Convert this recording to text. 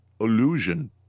illusion